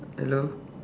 hello